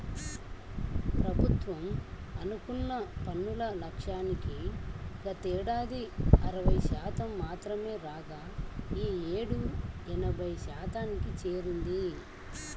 ప్రభుత్వం అనుకున్న పన్నుల లక్ష్యానికి గతేడాది అరవై శాతం మాత్రమే రాగా ఈ యేడు ఎనభై శాతానికి చేరింది